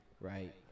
right